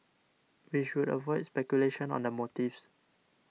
we should avoid speculation on the motives